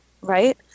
right